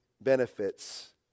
benefits